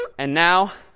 and now